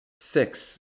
six